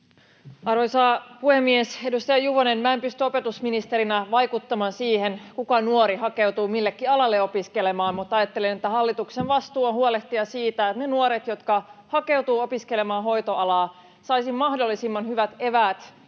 Arvoisa puhemies! Edustaja Juvonen, minä en pysty opetusministerinä vaikuttamaan siihen, kuka nuori hakeutuu millekin alalle opiskelemaan, mutta ajattelen, että hallituksen vastuulla on huolehtia siitä, että ne nuoret, jotka hakeutuvat opiskelemaan hoitoalaa, saisivat mahdollisimman hyvät eväät